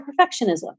perfectionism